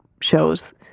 shows